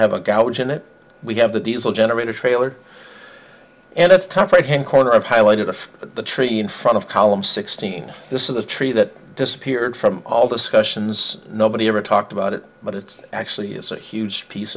have a gouge in it we have the diesel generator trailer and up top right hand corner of highlighted of the tree in front of column sixteen this is a tree that disappeared from all discussions nobody ever talked about it but it actually is a huge piece